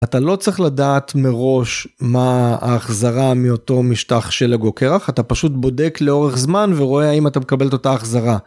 אתה לא צריך לדעת מראש מה ההחזרה מאותו משטח של הגרוקרח אתה פשוט בודק לאורך זמן ורואה אם אתה מקבלת אותה החזרה.